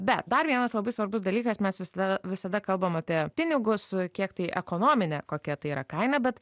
bet dar vienas labai svarbus dalykas mes visada visada kalbam apie pinigus kiek tai ekonominę kokia tai yra kaina bet